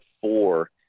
four